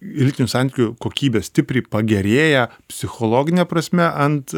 lytinių santykių kokybė stipriai pagerėja psichologine prasme ant